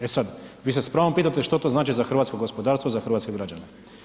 E sad, vi se s pravom pitate što to znači za hrvatsko gospodarstvo, za hrvatske građane.